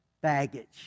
baggage